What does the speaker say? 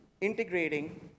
integrating